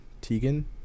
Tegan